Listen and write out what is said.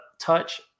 touch